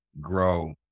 grow